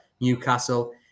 Newcastle